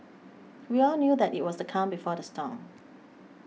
we all knew that it was the calm before the storm